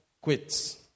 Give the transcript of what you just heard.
quits